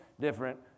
different